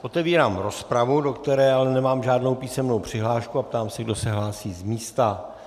Otevírám rozpravu, do které nemám žádnou písemnou přihlášku, a ptám se, kdo se hlásí z místa.